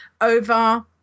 over